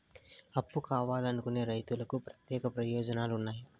అప్పు కావాలనుకునే రైతులకు ప్రత్యేక ప్రయోజనాలు ఉన్నాయా?